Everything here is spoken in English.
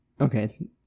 Okay